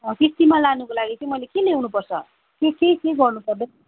अँ किस्तीमा लानुको लागि चाहिँ मैले के ल्याउनुपर्छ कि के के गर्नु पर्यो